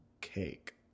cake